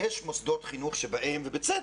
יש מוסדות חינוך שבהם ובצדק.